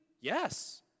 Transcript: Yes